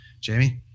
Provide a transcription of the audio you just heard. jamie